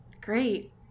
Great